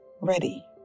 ready